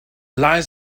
lies